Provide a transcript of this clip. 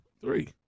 Three